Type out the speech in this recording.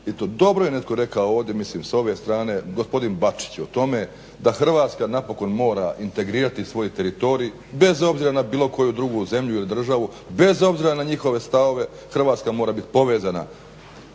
dobro je netko rekao ovdje mislim s ove strane, gospodin Bačić, o tome da Hrvatska napokon mora integrirati svoj teritorij bez obzira na bilo koju drugu zemlju ili državu, bez obzira na njihove stavove Hrvatska mora biti povezana